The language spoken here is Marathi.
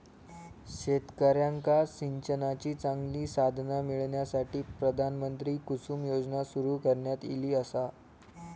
शेतकऱ्यांका सिंचनाची चांगली साधना मिळण्यासाठी, प्रधानमंत्री कुसुम योजना सुरू करण्यात ईली आसा